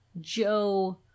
Joe